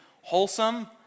wholesome